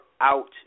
out